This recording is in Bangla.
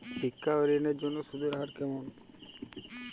শিক্ষা ঋণ এর জন্য সুদের হার কেমন?